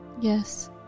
Yes